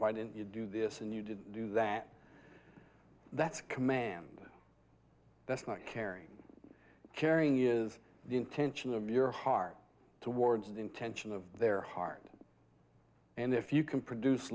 why didn't you do this and you didn't do that that's command that's not caring caring is the intention of your heart towards the intention of their heart and if you can produce